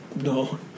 No